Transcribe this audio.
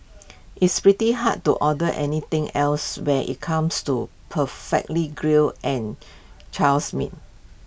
it's pretty hard to order anything else when IT comes to perfectly grilled and Charles meats